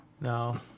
No